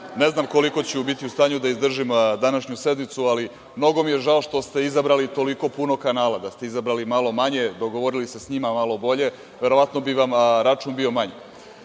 Ne znam koliko ću biti u stanju da izdržim današnju sednicu, ali mnogo mi je žao što ste izabrali toliko puno kanala. Da ste izabrali malo manje, dogovorili se sa njima malo bolje, verovatno bi vam račun bio manji.Za